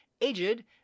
aged